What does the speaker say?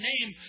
name